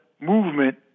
movement